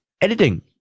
editing